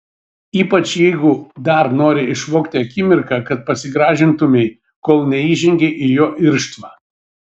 ypač jeigu dar nori išvogti akimirką kad pasigražintumei kol neįžengei į jo irštvą